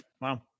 Wow